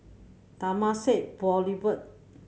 Temasek Boulevard